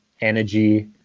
energy